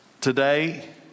Today